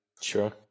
Sure